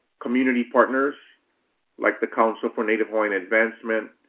community partners like the council for native hawaiian advancement,